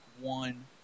one